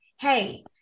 hey